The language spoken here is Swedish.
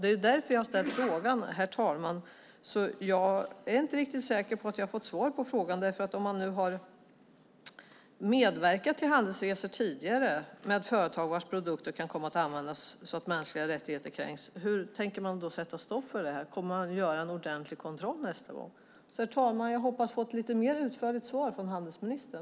Det är därför jag har ställt frågan, herr talman. Jag är inte riktigt säker på att jag har fått svar på frågan. Om man nu har medverkat till handelsresor tidigare med företag vars produkter kan komma att användas så att mänskliga rättigheter kränks, hur tänker man då sätta stopp för det? Kommer man att göra en ordentlig kontroll nästa gång? Herr talman! Jag hoppas få ett lite mer utförligt svar från handelsministern.